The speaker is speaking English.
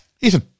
Ethan